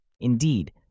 Indeed